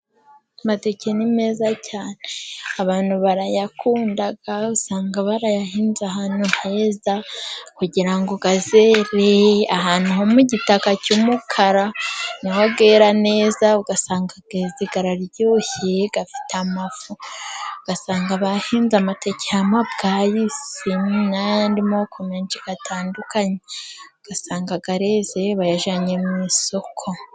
Amateke ni meza cyane abantu barayakunda, usanga barayahinze ahantu heza kugirango azere, ahantu ho mugitaka cy'umukara niho yera neza, ugasanga yeze araryoshye afite amafu, ugasanga bahinze amateke y'amabwayisi n'ayandi moko menshi atandukanye, ugasanga yareze bayajyanye mu isoko.